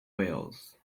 wales